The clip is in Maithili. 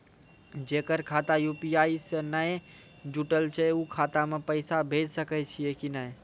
जेकर खाता यु.पी.आई से नैय जुटल छै उ खाता मे पैसा भेज सकै छियै कि नै?